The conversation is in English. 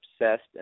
obsessed